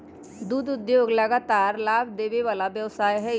दुध उद्योग लगातार लाभ देबे वला व्यवसाय हइ